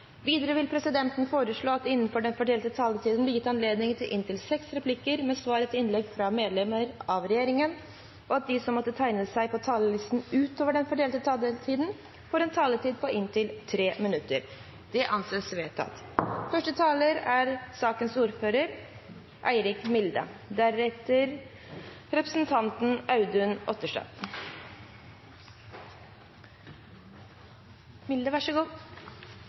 Videre vil presidenten foreslå at det – innenfor den fordelte taletid – blir gitt anledning til seks replikker med svar etter innlegg fra medlemmer av regjeringen, og at de som måtte tegne seg på talerlisten utover den fordelte taletid, får en taletid på inntil 3 minutter. – Det anses vedtatt.